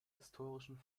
historischen